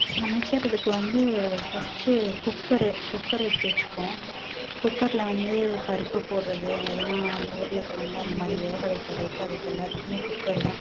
சமைக்கிறதுக்கு வந்து first cooker cooker எடுத்து வெச்சுப்போம் குக்கரில் வந்து பருப்பு போடுகிறது எதுனால் அந்த உருளக்கிழங்கு அந்த மாதிரி வேக வக்கிறதுக்கு அதுக்கு எல்லாத்துக்குமே குக்கர் தான்